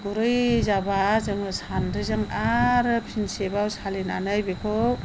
गुरै जाब्ला जोङो सान्द्रिजों आरो खेबसेबाव सालिनानै बेखौ